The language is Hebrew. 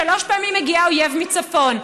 ושלוש פעמים הגיע האויב מצפון.